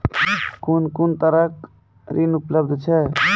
कून कून तरहक ऋण उपलब्ध छै?